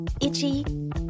Itchy